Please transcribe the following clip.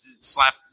slap